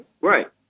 Right